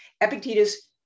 Epictetus